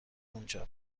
اونجا